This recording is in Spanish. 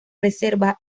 reserva